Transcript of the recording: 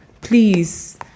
please